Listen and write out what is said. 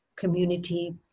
community